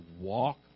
walk